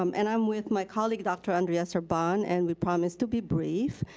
um and i'm with my colleague, dr. andreea serban and we promise to be brief.